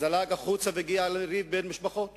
זלג החוצה והגיע לריב בין משפחות